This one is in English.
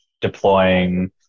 deploying